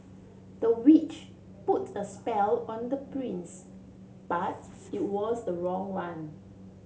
the witch put a spell on the prince but it was the wrong one